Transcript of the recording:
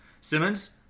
Simmons